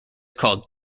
called